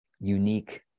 unique